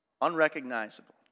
Unrecognizable